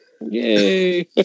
Yay